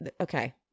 okay